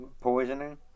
poisoning